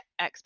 xbox